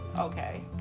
Okay